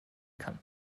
kann